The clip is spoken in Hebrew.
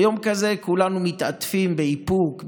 ביום כזה כולנו מתעטפים באיפוק,